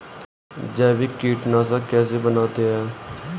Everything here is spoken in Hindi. जैविक कीटनाशक कैसे बनाते हैं?